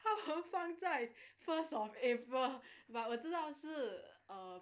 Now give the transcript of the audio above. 他们放在 first of april but 我知道是 err